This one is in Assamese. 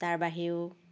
তাৰ বাহিৰেও